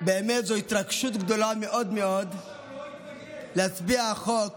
באמת זו התרגשות גדולה מאוד להצביע על חוק